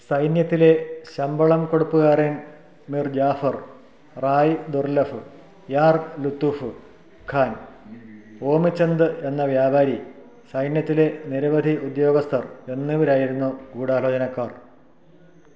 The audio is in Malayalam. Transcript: സൈന്യത്തിലെ ശമ്പളം കൊടുപ്പുകാരന് മിർ ജാഫർ റായ് ദുർലഭ് യാർ ലുതുഫ് ഖാൻ ഓമിച്ചന്ദ് എന്ന വ്യാപാരി സൈന്യത്തിലെ നിരവധി ഉദ്യോഗസ്ഥർ എന്നിവരായിരുന്നു ഗൂഢാലോചനക്കാർ